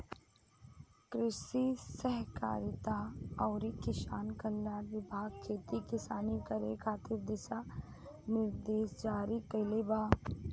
कृषि सहकारिता अउरी किसान कल्याण विभाग खेती किसानी करे खातिर दिशा निर्देश जारी कईले बा